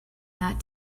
that